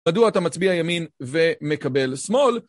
מדוע אתה מצביע ימין ומקבל שמאל?